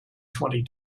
twenty